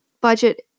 budget